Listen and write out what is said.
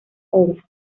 obras